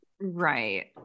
Right